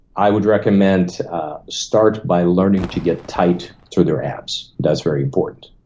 i would recommend start by learning to get tight through their abs. that's very important.